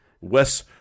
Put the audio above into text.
Wes